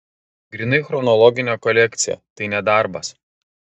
grynai chronologinė kolekcija tai ne darbas